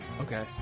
Okay